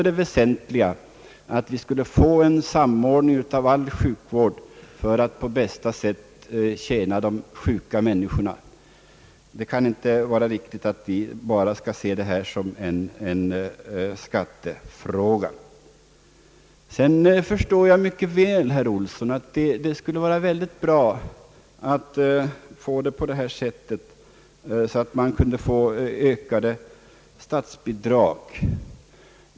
Det väsentliga var att vi skulle få en samordning av all sjukvård för att på bästa sätt tjäna de sjuka människorna. Det kan inte vara riktigt att vi bara skall se detta som en skattefråga. Jag förstår mycket väl, herr Olsson, att det skulle vara bra att få ökade statsbidrag.